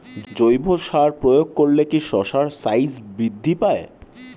জৈব সার প্রয়োগ করলে কি শশার সাইজ বৃদ্ধি পায়?